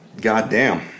Goddamn